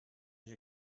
mich